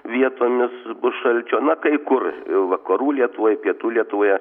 vietomis bus šalčio na kai kur vakarų lietuvoj pietų lietuvoje